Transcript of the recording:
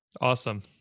Awesome